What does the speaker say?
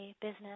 business